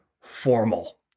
formal